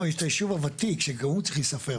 לא, יש את היישוב הוותיק, שגם הוא צריך להיספר.